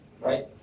Right